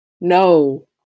no